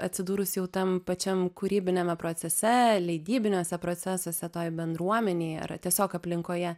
atsidūrus jau tam pačiam kūrybiniame procese leidybiniuose procesuose toj bendruomenėj ar tiesiog aplinkoje